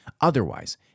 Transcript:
Otherwise